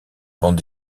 bande